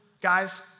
Guys